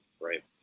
Right